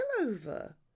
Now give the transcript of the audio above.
over